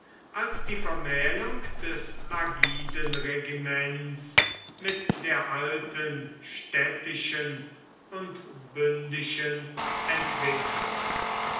als die vermählung des lagidenregiments mit der alten städtischen und bündischen entwicklung